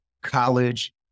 college